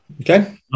Okay